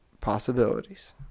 possibilities